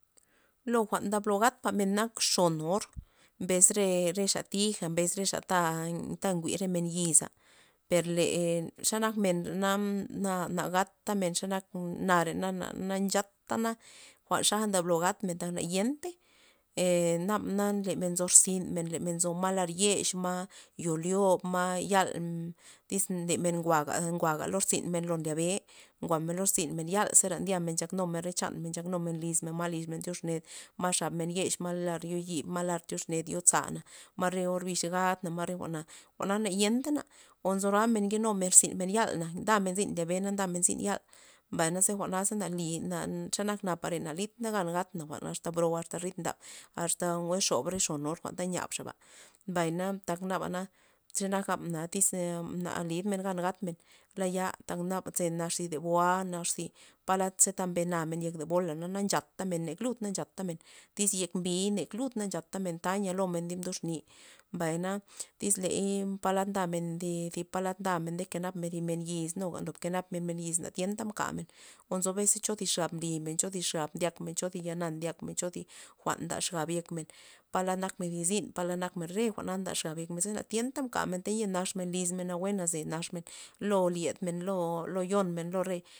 Lo jwa'n ndablo gatpamen nak xon or mbes re- re xa tija bes re xa ta ta njwi're men yiza, per le xanak men re na nagatamen xa nak nare na nchatana jwa'n xaja ndablo gatmen tak nayentey ee nabana le men nzo rzynmen le men no ma lar yez nzo yo lyob ma yal tyz lemen njwa' jwa'ga lo irzynmen ndyabe njwa'men lo irzynmen yal ndyaknumen re chanmen nchaknumen lizmen ma men tyoxned ma' xabmen yez ma lar yoyib ma lar tyoned yozana ma re orbixa gadna ma re jwa'na jwa'na nayentana o nzo roamen nkenu rzynmen yal na ndamen zyn ndyabe na ndamen yal, mbay naze jwa'na na lid xe nak napare na lidna gan gatna ax bro axta rid ndab asta nawue re xob xon or jwa'nta nyiabxaba, mbayna nabana ze nak tyz na lidmen gan gatmen laya tak naba ze nax thi zaboa nax thi palad ze mbenamen yek zabola na nchatamen na lud nchatamen tyz yek mbiy ne lud nchatamen ze tanya lomen mduxni mbayna tyz ley palad ndamen thi nkenap men thi men yiz nuga ndob kenapmen men yiz na tyenta mkamen o nzo thibes cho thi xab nlimen chi thi xab ndyakmen cho thi jwa'n ndyakmen jwa'n nda xap yekmen palad nakmen thi zyn palad nakemen re jwa'na ndaxab ze na thienta mka teyia naxmen lizmen nawue naze naxmen lo lyednmen lo yomen ro rey.